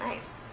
Nice